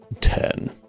Ten